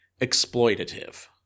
exploitative